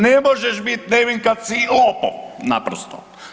Ne možeš biti nevin kad si lopov, naprosto.